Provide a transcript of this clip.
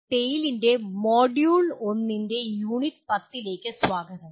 tail ന്റെ module 1 ന്റെ unit 10 ലേക്ക് സ്വാഗതം